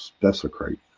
desecrate